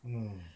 mm